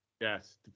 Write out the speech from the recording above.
Yes